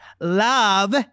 love